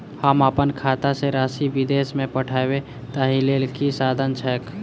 हम अप्पन खाता सँ राशि विदेश मे पठवै ताहि लेल की साधन छैक?